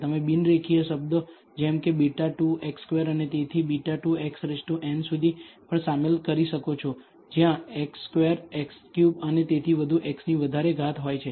તમે બિન રેખીય શબ્દો જેમ કે β2 x2 અને તેથી β2 xn સુધી પણ શામેલ કરી શકો છો જ્યાં x2 x3 અને તેથી વધુ x ની વધારે ઘાત હોય છે